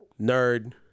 nerd